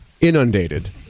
inundated